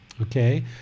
Okay